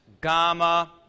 gamma